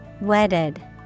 Wedded